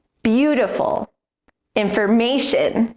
beautiful information